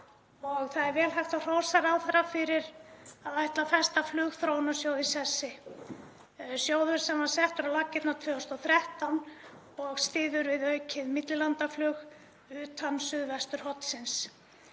Það er vel hægt að hrósa ráðherra fyrir að ætla að festa flugþróunarsjóð í sessi, sjóð sem var settur á laggirnar 2013 og styður við aukið millilandaflug utan suðvesturhornsins.